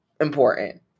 important